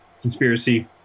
conspiracy